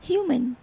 Human